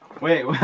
Wait